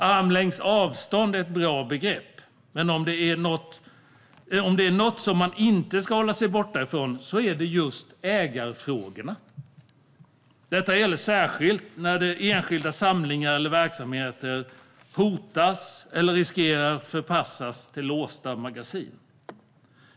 Armslängds avstånd är ett bra begrepp, men om det är något som man inte ska hålla sig borta ifrån är det just ägarfrågorna. Detta gäller särskilt när enskilda samlingar eller verksamheter hotas eller riskerar att förpassas till låsta magasin.